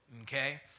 okay